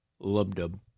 Lub-dub